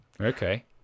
okay